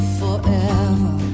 forever